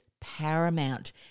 paramount